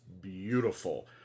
beautiful